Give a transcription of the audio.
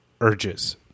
urges